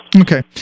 okay